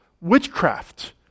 witchcraft